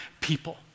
people